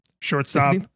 shortstop